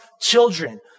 children